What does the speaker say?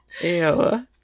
Ew